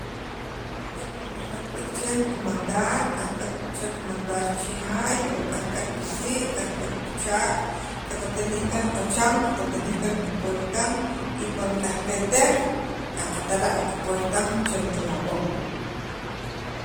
e cuando kajal b'iik che jun kamandar kajb'ek che qamandar kajb'eey cha qamandar chijaay, o kajb'eek pi sii', kajb'eek pi chaak qaqtinij kaan qachan qatinij kaan qapuertan y cuando kajpetek qatara' qapuertan chel qalawan.